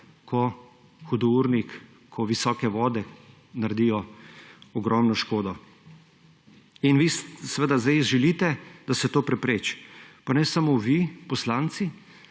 ko hudournik, ko visoke vode naredijo ogromno škodo. Vi seveda zdaj želite, da se to prepreči. Pa ne samo vi, poslanci,